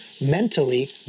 mentally